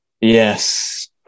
Yes